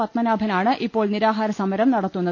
പത്മനാ ഭനാണ് ഇപ്പോൾ നിരാഹാരസമരം നടത്തുന്നത്